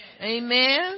Amen